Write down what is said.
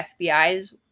FBI's